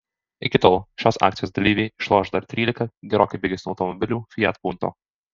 iki tol šios akcijos dalyviai išloš dar trylika gerokai pigesnių automobilių fiat punto